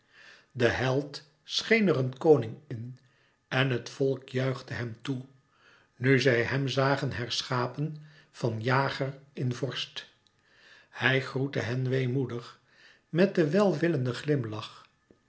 de held scheen er een koning in en het volk juichte hem toe nu zij hem zagen herschapen van jager in vorst hij groette hen weemoedig met den welwillenden glimlach